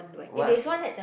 what's